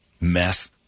mess